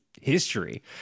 history